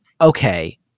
okay